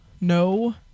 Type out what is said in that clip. No